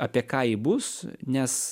apie ką ji bus nes